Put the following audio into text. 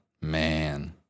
man